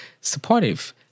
supportive